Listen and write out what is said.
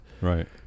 Right